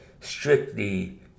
strictly